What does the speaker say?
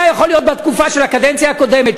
יכול להיות בתקופה של הקדנציה הקודמת,